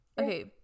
Okay